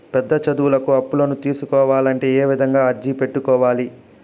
పెద్ద చదువులకు అప్పులను తీసుకోవాలంటే ఏ విధంగా అర్జీ పెట్టుకోవాలి?